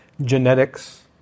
genetics